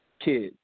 kids